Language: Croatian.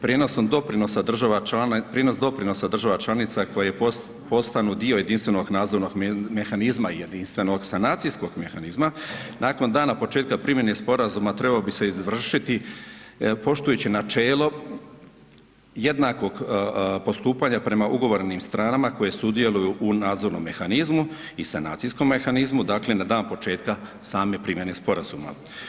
Prijenosom doprinosa država prinos doprinosa država članica koje postanu dio Jedinstvenog nadzornog mehanizma i Jedinstvenog sanacijskog mehanizma, nakon dana početka primjene Sporazuma trebao bi se izvršiti poštujući načelo jednakog postupanja prema ugovornim stranama koje sudjeluju u nadzornom mehanizmu i sanacijskom mehanizmu, dakle na dan početka same primjene Sporazuma.